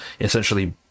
essentially